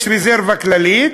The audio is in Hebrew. יש רזרבה כללית,